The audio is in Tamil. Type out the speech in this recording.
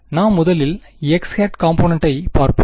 நாம் இப்போது x காம்பொனன்ட்டை பார்ப்போம்